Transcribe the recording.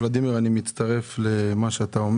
ולדימיר, אני מצטרף לדבריך.